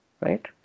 right